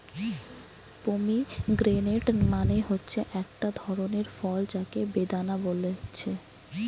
pomegranate মানে হচ্ছে একটা ধরণের ফল যাকে বেদানা বলছে